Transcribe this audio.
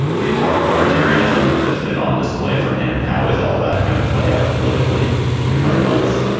the atara authoritarianism that's been on display from him, how is all that going to play out politically in the coming months?